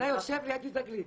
אתה יושב ליד יהודה גליק.